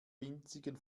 winzigen